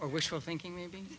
wishful thinking maybe